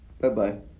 Bye-bye